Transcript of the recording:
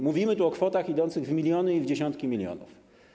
Mówimy tu o kwotach idących w miliony i dziesiątki milionów.